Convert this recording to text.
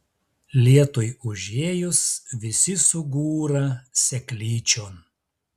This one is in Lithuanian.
lietui užėjus visi sugūra seklyčion